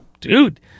Dude